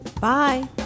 Bye